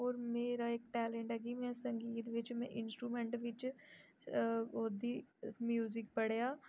होर मेरा इक टैलेंट ऐ कि में संगीत बिच्च में इंस्ट्रूमेंट बिच्च ओह्दी म्यूजिक पढ़ेआ